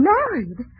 Married